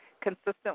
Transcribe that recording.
consistent